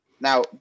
Now